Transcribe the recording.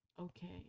Okay